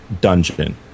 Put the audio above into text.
dungeon